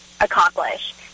accomplish